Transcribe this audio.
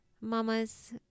Mamas